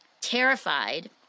terrified